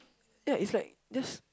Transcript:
yeah it's like just